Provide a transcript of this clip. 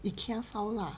Ikea 烧腊